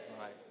right